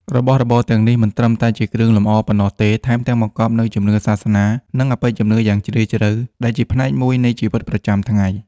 របស់របរទាំងនេះមិនត្រឹមតែជាគ្រឿងលម្អប៉ុណ្ណោះទេ ថែមទាំងបង្កប់នូវជំនឿសាសនា និងអបិយជំនឿយ៉ាងជ្រាលជ្រៅ ដែលជាផ្នែកមួយនៃជីវិតប្រចាំថ្ងៃ។